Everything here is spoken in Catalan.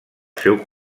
seu